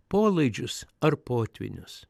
polaidžius ar potvynius